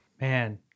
Man